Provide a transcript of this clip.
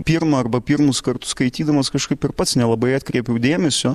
pirmą arba pirmus kartus skaitydamas kažkaip ir pats nelabai atkreipiau dėmesio